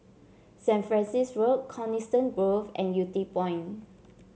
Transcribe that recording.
Saint Francis Road Coniston Grove and Yew Tee Point